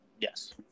Yes